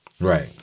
Right